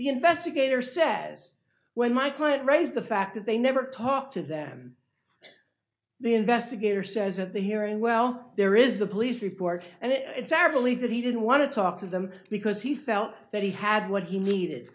the investigator says when my client raised the fact that they never talked to them the investigator says at the hearing well there is the police report and it it's actually that he didn't want to talk to them because he felt that he had what he needed